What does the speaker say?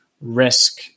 risk